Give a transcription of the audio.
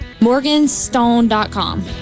Morganstone.com